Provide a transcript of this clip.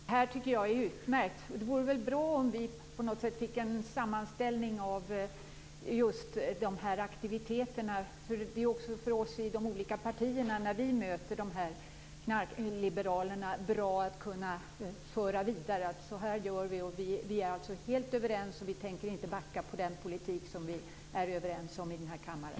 Fru talman! Det tycker jag är utmärkt. Det vore väl bra om vi på något sätt fick en sammanställning av de här aktiviteterna. Det är bra också för oss i de olika partierna när vi möter de här knarkliberalerna att kunna föra vidare det här och säga: Så här gör vi, vi är helt överens och vi tänker inte backa i fråga om den politik som vi är överens om i den här kammaren.